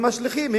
הם השליחים,